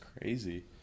crazy